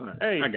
Hey